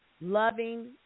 loving